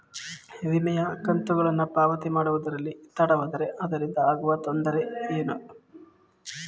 ವಿಮೆಯ ಕಂತುಗಳನ್ನು ಪಾವತಿ ಮಾಡುವುದರಲ್ಲಿ ತಡವಾದರೆ ಅದರಿಂದ ಆಗುವ ತೊಂದರೆ ಏನು?